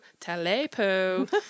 telepo